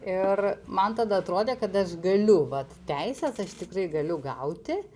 ir man tada atrodė kad aš galiu vat teises aš tikrai galiu gauti